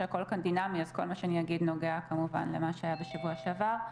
כל מה שאני אגיד נוגע כמובן למה שהיה בשבוע שעבר.